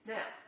Now